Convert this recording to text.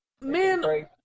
Man